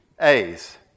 A's